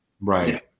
Right